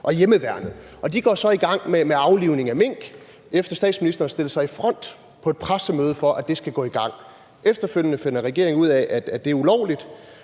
og hjemmeværnet. Og de går så i gang med aflivningen af mink, efter at statsministeren på et pressemøde stiller sig i front for, at det skal gå i gang. Efterfølgende finder regeringen ud af, at det er ulovligt,